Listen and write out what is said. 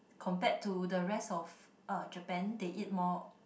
compared to the rest of uh Japan they eat more